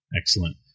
Excellent